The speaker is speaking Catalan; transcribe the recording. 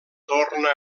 torna